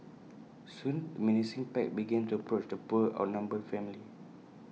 soon the menacing pack began to approach the poor outnumbered family